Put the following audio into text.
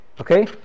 Okay